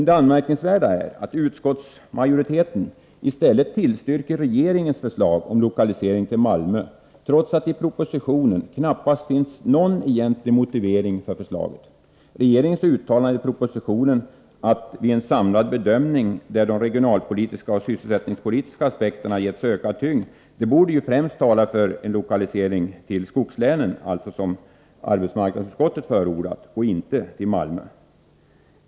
Det anmärkningsvärda är att utskottsmajoriteten i stället tillstyrker regeringens förslag om lokalisering till Malmö, trots att det i propositionen knappast finns någon egentlig motivering för förslaget. Regeringens uttalande i propositionen att den gjort en samlad bedömning, där de regionalpolitiska och sysselsättningsmässiga aspekterna getts ökad tyngd, borde ju främst tala för en lokalisering till skogslänen, liksom arbetsmarknadsutskottet förordat, och inte till Malmö.